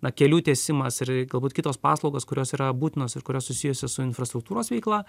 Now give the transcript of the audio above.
na kelių tiesimas ir galbūt kitos paslaugos kurios yra būtinos ir kurios susijusios su infrastruktūros veikla